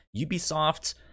Ubisoft